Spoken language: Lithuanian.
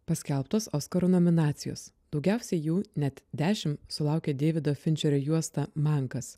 paskelbtos oskarų nominacijos daugiausiai jų net dešimt sulaukė deivido finčerio juosta mankas